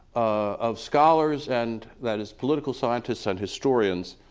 of scholars, and that is political scientists and historians,